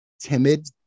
timid